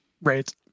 Right